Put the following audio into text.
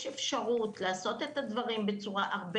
יש אפשרות לעשות את הדברים בצורה הרבה